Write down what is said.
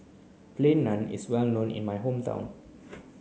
plain naan is well known in my hometown